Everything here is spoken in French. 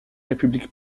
république